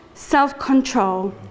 self-control